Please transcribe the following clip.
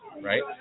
right